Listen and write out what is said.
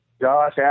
Josh